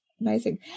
Amazing